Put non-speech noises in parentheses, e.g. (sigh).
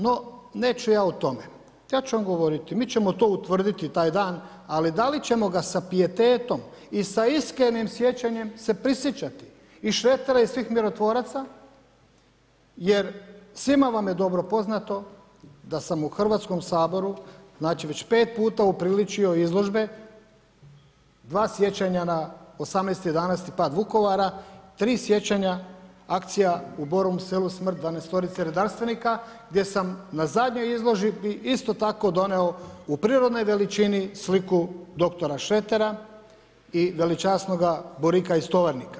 No, neću ja o tome, ja ću vam govoriti, mi ćemo to utvrditi taj dan, ali dali ćemo ga sa … (unintelligible) i sa iskrenim sjećanjem se prisjećati i Šretera i svih mirotvoraca, jer svima vam je dobro poznato da sam u Hrvatskom saboru, znači već 5 puta upriličio izložbe, 2 sjećanja na 18.11. pad Vukovara, 3 sjećanja, akcija u Borovom Selu, smrt 12 redarstvenika gdje sam na zadnjoj izložbi, isto tako donio, u prirodnoj veličini sliku doktora Šretera i velečasnoga Borika iz Tovarnika.